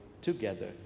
together